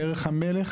דרך המלך,